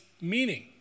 meaning